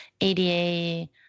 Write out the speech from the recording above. ADA